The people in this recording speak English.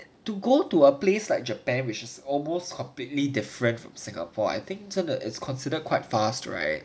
to go to a place like japan which is almost completely different from singapore I think 真的 is considered quite fast right